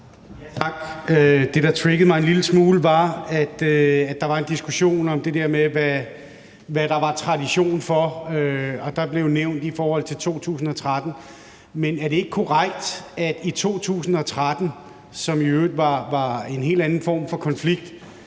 Tak. Det, der triggede mig en lille smule, var, at der var en diskussion om, hvad der var der tradition for, og konflikten i 2013 blev nævnt. Men er det ikke korrekt, at der i 2013, hvor det i øvrigt var en helt anden form for konflikt,